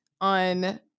on